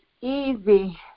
easy